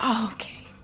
Okay